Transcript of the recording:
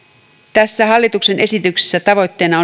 tässä hallituksen esityksessä tavoitteena